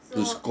so